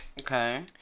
okay